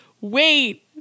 wait